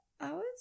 Hours